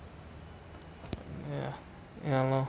ya ya lor